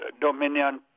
dominion